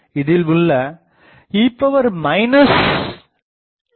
இதில் உள்ள e jk